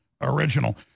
original